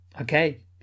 Okay